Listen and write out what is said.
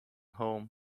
home